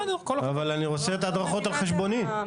אבל אני רוצה את ההדרכות על חשבוני.